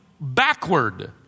backward